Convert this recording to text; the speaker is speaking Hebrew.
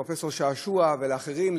לפרופסור שעשוע ולאחרים,